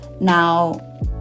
now